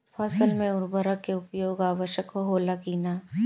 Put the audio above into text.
फसल में उर्वरक के उपयोग आवश्यक होला कि न?